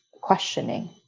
questioning